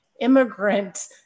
Immigrant